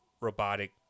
robotic